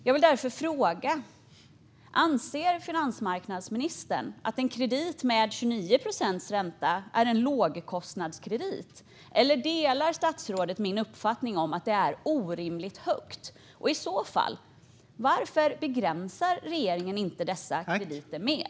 Jag vill därför fråga: Anser finansmarknadsministern att en kredit med 29 procents ränta är en lågkostnadskredit, eller delar statsrådet min uppfattning att en sådan ränta är orimligt hög? I så fall, varför begränsar regeringen inte dessa krediter mer?